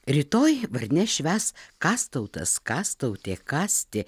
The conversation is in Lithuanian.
rytoj vardines švęs kastautas kastautė kastė